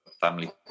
family